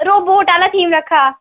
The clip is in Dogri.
रोबोट आह्ला थीम रक्खे दा